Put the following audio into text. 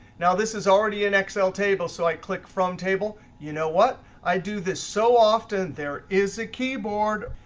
now this is already an excel table, so i click from table. you know what? i do this so often, there is a keyboard,